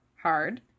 hard